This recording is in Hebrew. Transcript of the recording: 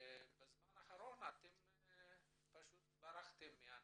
בזמן האחרון אתם "ברחתם" מהנושא?